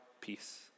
peace